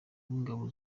w’ingabo